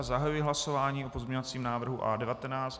Zahajuji hlasování o pozměňovacím návrhu A19.